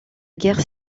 guerre